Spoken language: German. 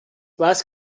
was